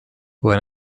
when